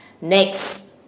Next